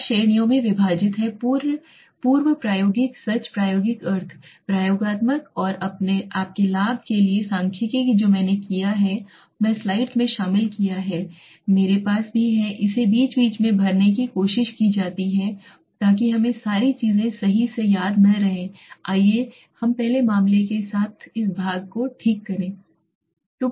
चार श्रेणियों में विभाजित हैं पूर्व प्रायोगिक सच प्रायोगिक अर्ध प्रयोगात्मक और आपके लाभ के लिए सांख्यिकीय जो मैंने किया है मैं स्लाइड्स में शामिल किया है मेरे पास भी है इसे बीच बीच में भरने की कोशिश की जाती है ताकि हमें सारी चीजें सही से याद न रहें आइए हम पहले मामले के साथ इस भाग को ठीक करें